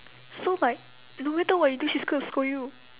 so like no matter what you do she's gonna scold you